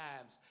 times